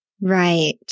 Right